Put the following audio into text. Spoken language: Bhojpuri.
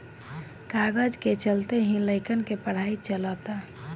कागज के चलते ही लइकन के पढ़ाई चलअता